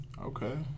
Okay